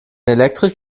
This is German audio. elektrisch